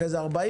אחרי זה על 40%,